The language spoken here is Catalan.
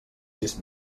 sis